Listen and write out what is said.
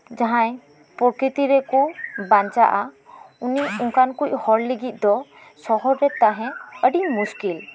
ᱡᱟᱦᱟᱸᱭ ᱯᱨᱚᱠᱤᱛᱤ ᱨᱮᱠᱚ ᱵᱟᱧᱪᱟᱜᱼᱟ ᱩᱱᱤ ᱚᱝᱠᱟᱱ ᱠᱚ ᱦᱚᱲ ᱞᱟᱜᱤᱜ ᱫᱚ ᱥᱚᱦᱚᱨ ᱨᱮ ᱛᱟᱦᱮᱸ ᱟᱰᱤ ᱢᱩᱥᱠᱤᱞ